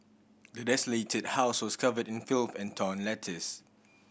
the desolated house was covered in filth and torn letters